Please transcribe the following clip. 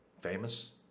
famous